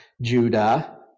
Judah